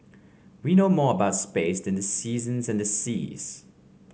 we know more about space than the seasons and the seas